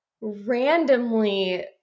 randomly